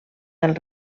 del